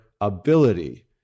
Ability